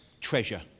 treasure